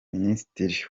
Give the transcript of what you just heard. ministre